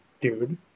dude